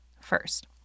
first